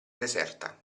deserta